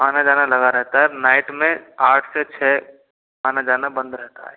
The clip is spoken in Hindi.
आना जाना लगा रहता है नाइट में आठ से छः आना जाना बंद रहता है